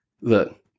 look